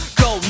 go